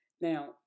Now